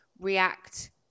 react